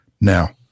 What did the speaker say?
Now